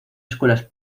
escuelas